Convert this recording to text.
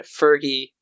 fergie